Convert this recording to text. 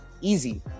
easy